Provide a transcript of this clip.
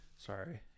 Sorry